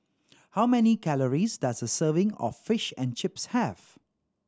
how many calories does a serving of Fish and Chips have